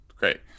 Great